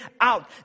out